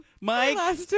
Mike